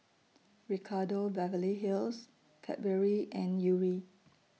Ricardo Beverly Hills Cadbury and Yuri